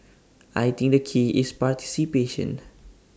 I think the key is participation